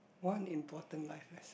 one important life lesson